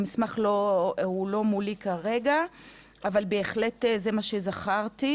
המסמך לא מולי כרגע אבל זה בהחלט מה שאני זוכרת.